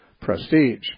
prestige